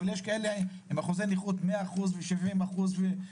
אבל יש להם 70% ו-100% אחוזי נכות,